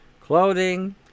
clothing